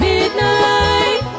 Midnight